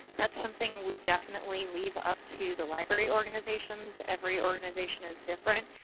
that's something we definitely leave up to the library organizations. every organization is different.